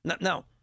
Now